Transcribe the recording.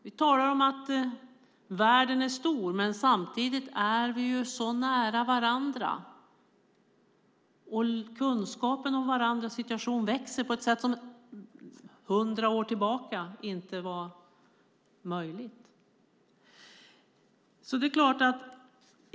Vi talar om att världen är stor. Men samtidigt är vi så nära varandra. Kunskapen om varandras situation växer på ett sätt som 100 år tillbaka inte var möjligt.